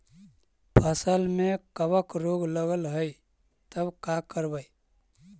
फसल में कबक रोग लगल है तब का करबै